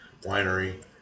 winery